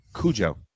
Cujo